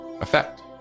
effect